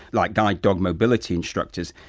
like guide dog mobility instructors,